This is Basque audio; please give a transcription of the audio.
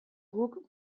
guk